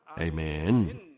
Amen